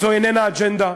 זו איננה אג'נדה,